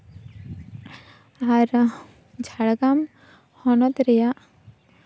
ᱟᱨ ᱡᱷᱟᱲᱜᱨᱟᱢ ᱦᱚᱱᱚᱛ ᱨᱮᱭᱟᱜ